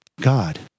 God